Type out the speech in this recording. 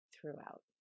throughout